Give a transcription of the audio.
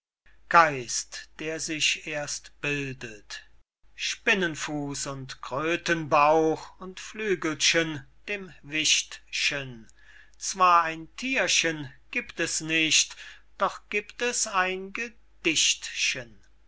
geist der sich erst bildet spinnenfuß und krötenbauch und flügelchen dem wichtchen zwar ein thierchen giebt es nicht doch giebt es ein gedichtchen